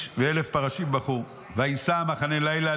ואלף פרשים בחור וייסע המחנה לילה.